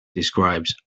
describes